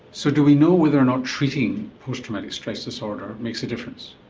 so do we know whether or not treating post-dramatic stress disorder makes a difference?